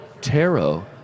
tarot